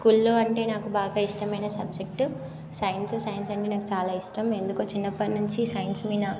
స్కూల్లో అంటే నాకు బాగా ఇష్టమైన సబ్జెక్టు సైన్సు సైన్స్ అంటే నాకు చాలా ఇష్టం ఎందుకో చిన్నప్పటి నుంచి సైన్స్ మీద